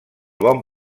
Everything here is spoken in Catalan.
bon